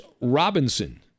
Robinson